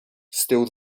still